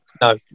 no